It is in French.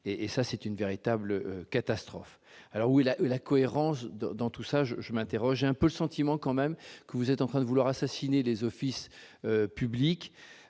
et ça, c'est une véritable catastrophe, alors oui la la cohérence dans tout ça, je je m'interrogeais un peu le sentiment quand même que vous êtes en train de vouloir assassiner des offices publics